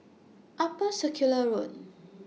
Upper Circular Road